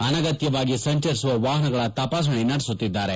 ಅನಗತ್ಯವಾಗಿ ಸಂಚರಿಸುವ ವಾಹನಗಳ ತಪಾಸಣೆ ನಡೆಸುತ್ತಿದ್ದಾರೆ